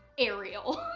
ariel.